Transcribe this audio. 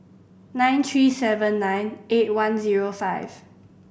nine three seven nine eight one zero five